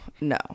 no